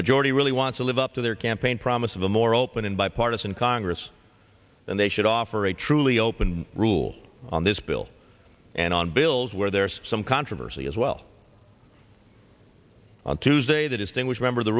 majority really want to live up to their campaign promise of a more open and bipartisan congress and they should offer a truly open rule on this bill and on bills where there's some controversy as well on tuesday that is thing which member the